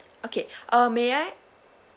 okay uh may I